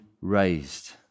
raised